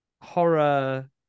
horror